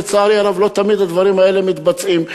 לצערי הרב, לא תמיד הדברים האלה מתבצעים.